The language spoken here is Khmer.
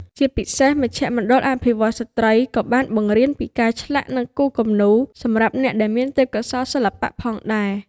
ជាពិសេស មជ្ឈមណ្ឌលអភិវឌ្ឍន៍ស្ត្រីក៏បានបង្រៀនពីការឆ្លាក់ និងគូរគំនូរ សម្រាប់អ្នកដែលមានទេពកោសល្យសិល្បៈផងដែរ។